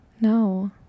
No